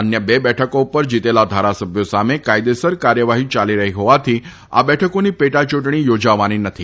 અન્ય બે બેઠકો ઉપર જીતેલા ધારાસભ્યો સામે કાયદેસર કાર્યવાહી યાલી રહી હોવાથી આ બેઠકોની પેટા યુંટણી યોજાવાની નથી